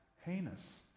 heinous